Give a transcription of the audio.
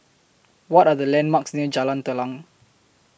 What Are The landmarks near Jalan Telang